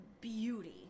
beauty